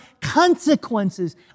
consequences